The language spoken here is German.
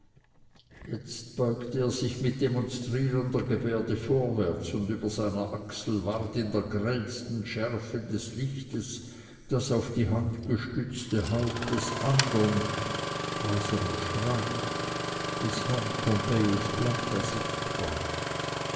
jetzt beugte er sich mit demonstrierender gebärde vorwärts und über seiner achsel ward in der grellsten schärfe des lichtes das auf die hand gestützte haupt des andern waser erschrak des herrn pompejus planta sichtbar